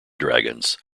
dragons